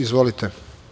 Izvolite.